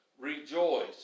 Rejoice